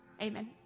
Amen